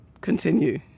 Continue